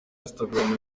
instagram